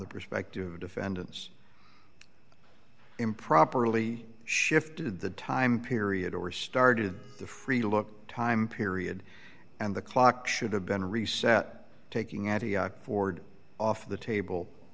the perspective of defendants improperly shifted the time period or started the free to look time period and the clock should have been reset taking at ford off t